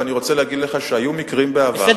ואני רוצה להגיד לך שהיו מקרים בעבר שבתי-תפילה,